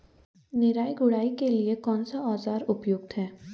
निराई गुड़ाई के लिए कौन सा औज़ार उपयुक्त है?